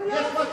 למה?